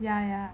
ya ya